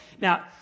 Now